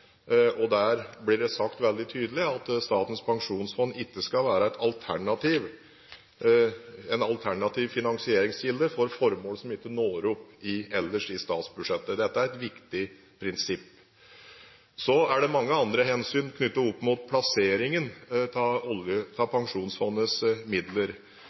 Der blir det sagt veldig tydelig at fondet ikke skal være en alternativ finansieringskilde for formål som ikke når opp ellers i statsbudsjettet. Dette er et viktig prinsipp. Så er det mange andre hensyn knyttet opp mot plasseringen av